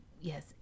Yes